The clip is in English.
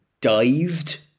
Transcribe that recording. dived